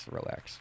relax